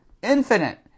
Infinite